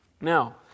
Now